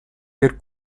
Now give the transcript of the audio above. per